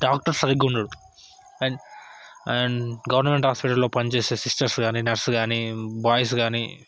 doctor సరిగ్గా ఉండడు and and government హాస్పిటల్లో పనిచేసే సిస్టర్స్ కానీ నర్స్ కానీ బాయ్స్ కానీ